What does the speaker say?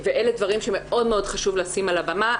ואלה דברים שמאוד חשוב לשים על הבמה.